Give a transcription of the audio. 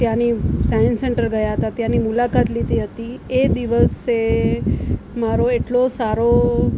ત્યાંની science centre ગયા હતા ત્યાંની મુલાકાત લીધી હતી એ દિવસે મારો એટલો સારો